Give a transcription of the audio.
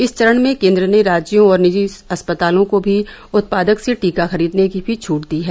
इस चरण में केन्द्र ने राज्यों और निजी अस्पतालों को भी उत्पादक से टीका खरीदने का भी छुट दी है